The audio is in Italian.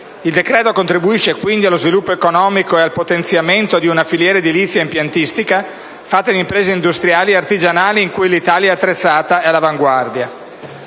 Il decreto contribuisce quindi allo sviluppo economico e al potenziamento di una filiera edilizia e impiantistica, fatta di imprese industriali e artigianali, in cui l'Italia è attrezzata e all'avanguardia.